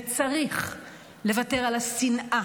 אפשר וצריך לוותר על השנאה,